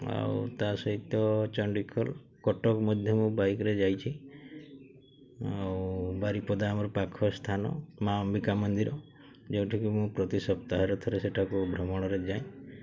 ଆଉ ତା ସହିତ ଚଣ୍ଡିଖୋଲ କଟକ ମଧ୍ୟ ମୁଁ ବାଇକ୍ରେ ଯାଇଛି ଆଉ ବାରିପଦା ଆମର ପାଖ ସ୍ଥାନ ମାଆ ଅମ୍ବିକା ମନ୍ଦିର ଯେଉଁଠିକି ମୁଁ ପ୍ରତି ସପ୍ତାହରେ ଥରେ ସେଠାକୁ ଭ୍ରମଣରେ ଯାଏ